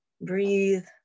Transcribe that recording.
breathe